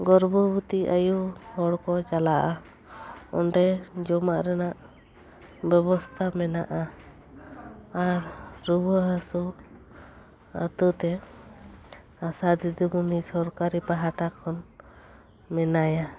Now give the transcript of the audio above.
ᱜᱚᱨᱵᱷᱚᱵᱚᱛᱤ ᱟᱭᱳ ᱦᱚᱲ ᱠᱚ ᱪᱟᱞᱟᱜᱼᱟ ᱚᱸᱰᱮ ᱡᱚᱢᱟᱜ ᱨᱮᱱᱟᱜ ᱵᱮᱵᱚᱥᱛᱟ ᱢᱮᱱᱟᱜᱼᱟ ᱟᱨ ᱨᱩᱣᱟ ᱦᱟᱹᱥᱩ ᱟᱛᱩ ᱛᱮ ᱟᱥᱟ ᱫᱤᱫᱤ ᱠᱚ ᱱᱤᱭᱮ ᱥᱚᱨᱠᱟᱨᱤ ᱯᱟᱦᱴᱟ ᱠᱷᱚᱱ ᱢᱮᱱᱟᱭᱟ